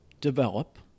develop